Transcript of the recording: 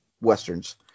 westerns